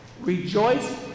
Rejoice